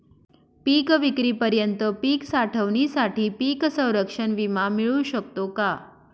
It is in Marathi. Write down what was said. पिकविक्रीपर्यंत पीक साठवणीसाठी पीक संरक्षण विमा मिळू शकतो का?